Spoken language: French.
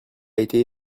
été